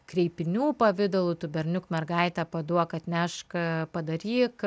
kreipinių pavidalu tu berniuk mergaite paduok atnešk padaryk